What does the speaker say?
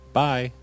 bye